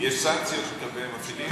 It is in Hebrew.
יש סנקציות שאתם מפעילים?